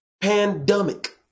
pandemic